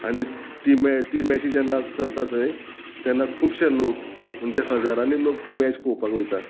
आनी ती मॅ ती मॅची जेन्ना चलता थंय तेन्ना खुबशे लोक म्हणजे हजारांनी लोक ती मॅच पळोवपाक वयता